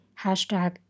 hashtag